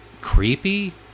creepy